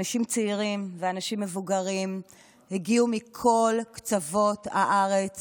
אנשים צעירים ואנשים מבוגרים הגיעו מכל קצוות הארץ